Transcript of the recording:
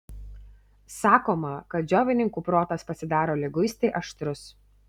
sakoma kad džiovininkų protas pasidaro liguistai aštrus